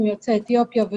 יוצאי אתיופיה,